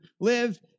live